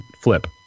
flip